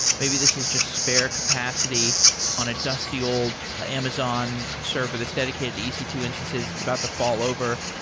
maybe this is just spare capacity on a dusty old ah amazon server, this dedicated e c two instances. it's about to fall over,